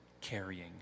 carrying